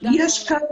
יש כאן